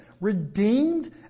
redeemed